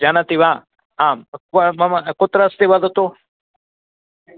जानाति वा आं मम कुत्र अस्ति वदतु